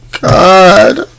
God